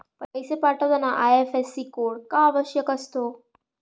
पैसे पाठवताना IFSC code का आवश्यक असतो?